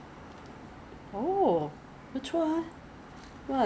Windows laptop handphone all these are U_V rays